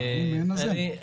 אם אין אז אין.